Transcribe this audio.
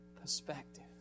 perspective